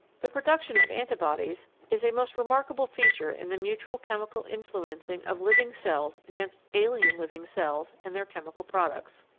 the production of anti-bodies is a most remark able feature in the mutual chemical influencing of living cells against alien living cells and their chemical products.